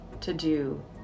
to-do